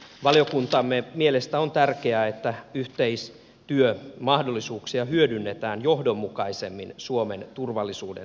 valiokuntamme mielestä on tärkeää että yhteistyömahdollisuuksia hyödynnetään johdonmukaisemmin suomen turvallisuuden vahvistamiseksi